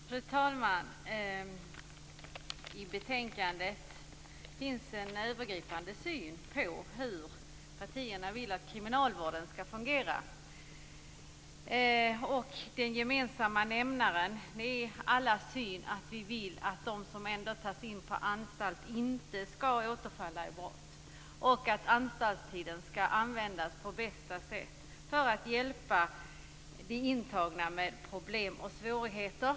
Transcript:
Fru talman! I betänkandet finns en övergripande syn på hur partierna vill att kriminalvården skall fungera. Den gemensamma nämnaren är att vi alla vill att de som ändå tas in på anstalt inte skall återfalla i brott och att anstaltstiden skall användas på bästa sätt för att hjälpa de intagna med problem och svårigheter.